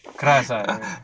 keras ah